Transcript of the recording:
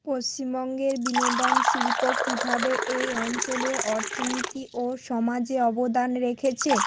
পশ্চিমবঙ্গের বিনোদন শিল্প কীভাবে এই অঞ্চলের অর্থনীতি ও সমাজে অবদান রেখেছে